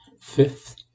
fifth